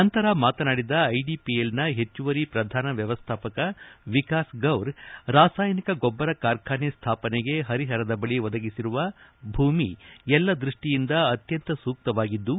ನಂತರ ಮಾತನಾಡಿದ ಐಡಿಪಿಎಲ್ನ ಹೆಚ್ಚುವರಿ ಪ್ರಧಾನ ವ್ಯವಸ್ಥಾಪಕ ವಿಕಾಸ್ ಗೌರ್ ರಾಸಾಯಿನಿಕ ಗೊಬ್ಬರ ಕಾರ್ಖಾನೆ ಸ್ಥಾಪನೆಗೆ ಹರಿಹರದ ಬಳಿ ಒದಗಿಸಿರುವ ಭೂಮಿ ಎಲ್ಲಾ ದೃಷ್ಟಿಯಿಂದ ಅತ್ಯಂತ ಸೂಕ್ತವಾಗಿದ್ದು